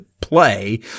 play